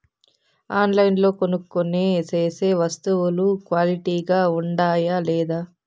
ఆన్లైన్లో కొనుక్కొనే సేసే వస్తువులు క్వాలిటీ గా ఉండాయా లేదా?